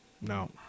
No